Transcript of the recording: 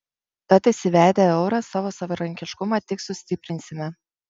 tad įsivedę eurą savo savarankiškumą tik sustiprinsime